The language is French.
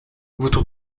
votre